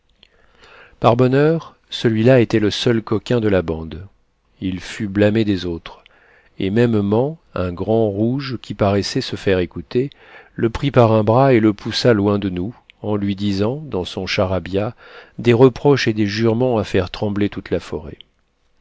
par bonheur celui-là était le seul coquin de la bande il fut blâmé des autres et mêmement un grand rouge qui paraissait se faire écouter le prit par un bras et le poussa loin de nous en lui disant dans son charabiat des reproches et des jurements à faire trembler toute la forêt